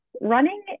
running